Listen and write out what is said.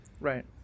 Right